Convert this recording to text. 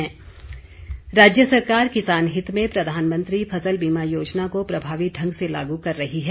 फ़सल बीमा राज्य सरकार किसान हित में प्रधानमंत्री फसल बीमा योजना को प्रभावी ढंग से लागू कर रही है